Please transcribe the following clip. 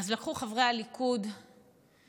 אז לקחו חברי הליכוד ושחטו,